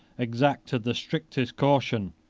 exacted the strictest caution,